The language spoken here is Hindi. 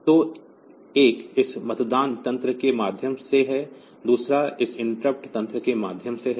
तो एक इस मतदान तंत्र के माध्यम से है दूसरा इस इंटरप्ट तंत्र के माध्यम से है